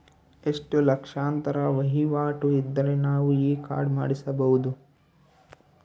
ಎಷ್ಟು ಲಕ್ಷಾಂತರ ವಹಿವಾಟು ಇದ್ದರೆ ನಾವು ಈ ಕಾರ್ಡ್ ಮಾಡಿಸಬಹುದು?